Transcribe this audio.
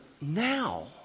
now